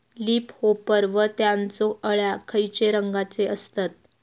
Leaf hopper व त्यानचो अळ्या खैचे रंगाचे असतत?